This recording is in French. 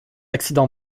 accident